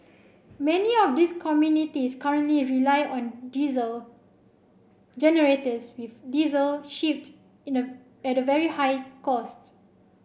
many of these communities currently rely on diesel generators with diesel shipped in a at very high cost